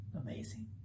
amazing